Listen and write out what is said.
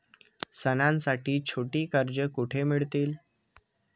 सणांसाठी छोटी कर्जे कुठे मिळतील?